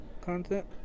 content